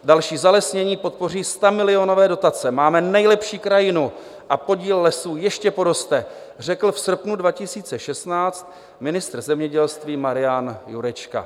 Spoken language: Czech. Další zalesnění podpoří stamilionové dotace, máme nejlepší krajinu a podíl lesů ještě poroste, řekl v srpnu 2016 ministr zemědělství Marian Jurečka.